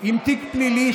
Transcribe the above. תיק פלילי,